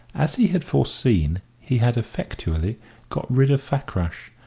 as he had foreseen, he had effectually got rid of fakrash,